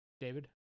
David